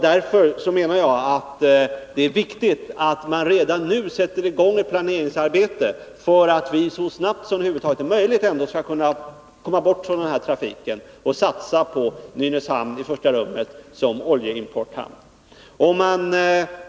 Därför är det, enligt min mening, viktigt att man redan nu sätter i gång ett planeringsarbete för att så snart som möjligt komma bort från den här trafiken, varvid man i första hand bör satsa på Nynäshamn som oljeimporthamn.